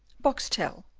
boxtel.